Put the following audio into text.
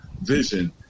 vision